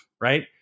right